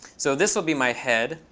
so this will be my head,